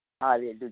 hallelujah